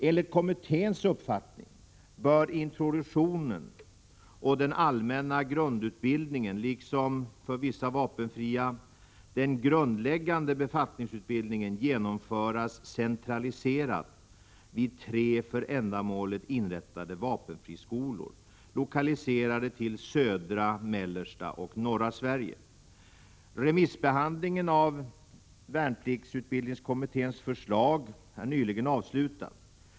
Enligt kommitténs uppfattning bör introduktionen och den allmänna grundutbildningen liksom — för vissa vapenfria — den grundläggande befattningsutbildningen genomföras centraliserat vid tre för ändamålet inrättade vapenfriskolor, lokaliserade till södra, mellersta och norra Sverige. Remissbehandlingen av värnpliktsutbildningskommitténs förslag är nyligen avslutad.